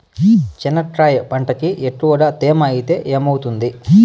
చెనక్కాయ పంటకి ఎక్కువగా తేమ ఐతే ఏమవుతుంది?